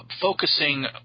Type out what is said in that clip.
focusing